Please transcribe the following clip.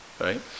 right